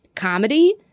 Comedy